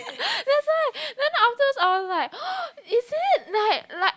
that's why then afterwards I was like is it like like